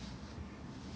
okay